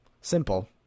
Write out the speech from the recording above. simple